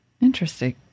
Interesting